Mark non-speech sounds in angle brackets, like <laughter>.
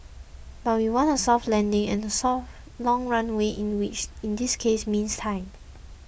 but we want a soft landing and a <unintelligible> long runway <unintelligible> in this case means time